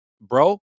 bro